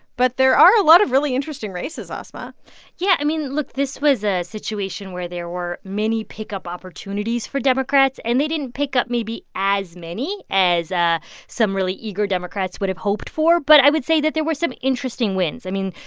but there are a lot of really interesting races, asma yeah. i mean, look. this was a situation where there were many pickup opportunities for democrats. and they didn't pick up maybe as many as ah some really eager democrats would've hoped for. but i would say that there were some interesting wins. i mean,